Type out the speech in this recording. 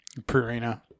Purina